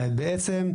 בעצם,